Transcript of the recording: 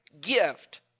gift